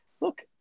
look